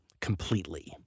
completely